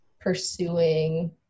pursuing